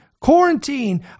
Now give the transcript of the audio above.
quarantine